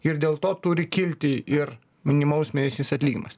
ir dėl to turi kilti ir minimalus mėnesinis atlyginimas